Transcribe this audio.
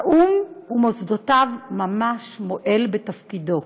האו"ם, ומוסדותיו, ממש מועל בתפקידו,